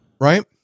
Right